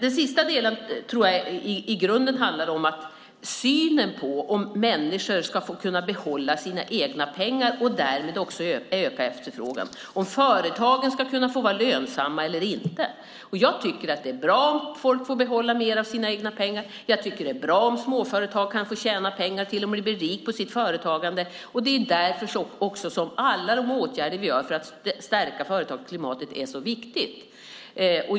Den sista delen tror jag i grunden rör synen på om människor ska kunna få behålla sina egna pengar, och därmed öka efterfrågan, och om företagen ska kunna få vara lönsamma eller inte. Jag tycker att det är bra om folk får behålla mer av sina egna pengar. Jag tycker att det är bra om en småföretagare kan få tjäna pengar och till och med bli rik på sitt företagande. Det är därför alla åtgärder vi vidtar för att stärka företagsklimatet är så viktiga.